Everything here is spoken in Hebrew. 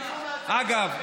אגב,